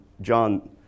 John